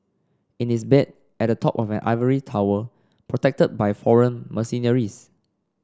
in his bed at the top of an ivory tower protected by foreign mercenaries